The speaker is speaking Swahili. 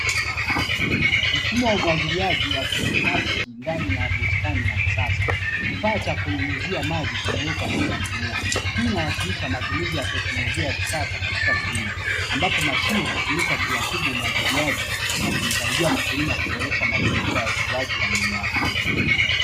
Mfumo wa umwagiliaji wa kiautomaiki ndani ya bustani ya kisasa, kifaa cha kunyunyizia maji kimewekwa juu ya mimea hii inawakilisha matumizi ya teknolojia ya kisasa katika kilimo ambapo mashine hutumika kuratibu umwagiliaji na kumsaidia mkulima kuboresha mazingira ya ukuaji wa mimea hiyo.